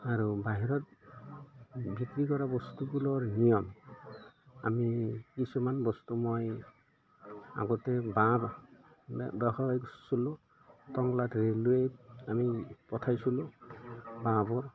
আৰু বাহিৰত বিক্ৰী কৰা বস্তুবোৰৰ নিয়ম আমি কিছুমান বস্তু মই আগতে বাঁহ ব্যৱসায় কৰছিলোঁ টংলাত ৰে'লৱেত আমি পঠাইছিলোঁ বাঁহবোৰ